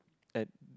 at